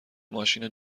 ماشین